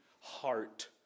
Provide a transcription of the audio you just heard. heart